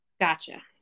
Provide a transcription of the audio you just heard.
Gotcha